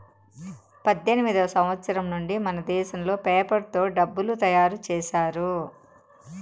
పద్దెనిమిదివ సంవచ్చరం నుండి మనదేశంలో పేపర్ తో డబ్బులు తయారు చేశారు